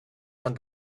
and